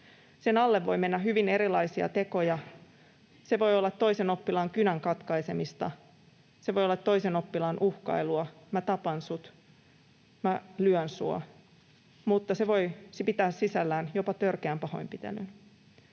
Sen alle voi mennä hyvin erilaisia tekoja. Se voi olla toisen oppilaan kynän katkaisemista, se voi olla toisen oppilaan uhkailua — ”mä tapan sut”, ”mä lyön sua” — mutta se voisi myös pitää sisällään jopa törkeän pahoinpitelyn.